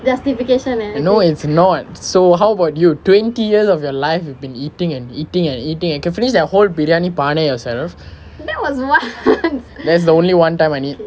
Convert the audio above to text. no it's not so how about you twenty years of your life you've been eating and eating and eating and can finish that whole biryani பானை:paanai yourself that's the only [one] time I need